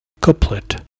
couplet